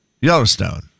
Yellowstone